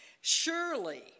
Surely